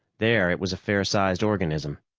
there it was a fair-sized organism.